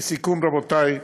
לסיכום, רבותי,